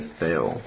fail